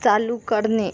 चालू करणे